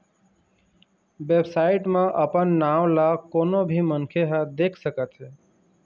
website म अपन नांव ल कोनो भी मनखे ह देख सकत हे